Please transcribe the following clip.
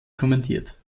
kommentiert